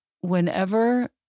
whenever